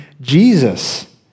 Jesus